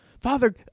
Father